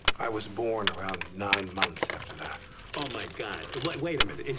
i was born around nine months after that oh, my god. but like wait a minute.